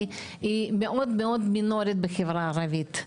היא מאוד מאוד מינורית בחברה הערבית,